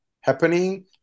happening